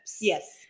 yes